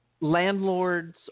landlords